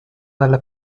dalla